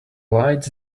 lights